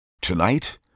tonight